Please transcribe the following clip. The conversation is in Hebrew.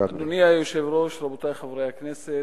אדוני היושב-ראש, רבותי חברי הכנסת,